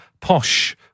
posh